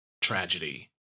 tragedy